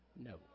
No